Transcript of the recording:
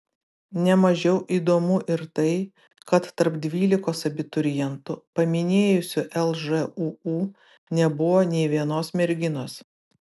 ne mažiau įdomu ir tai kad tarp dvylikos abiturientų paminėjusių lžūu nebuvo nė vienos merginos